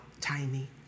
tiny